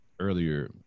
earlier